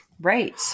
Right